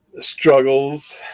struggles